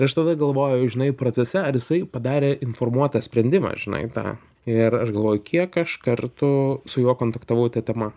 aš tada galvoju žinai procese ar jisai padarė informuotą sprendimą žinai tą ir aš galvoju kiek aš kartu su juo kontaktavau ta tema